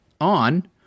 On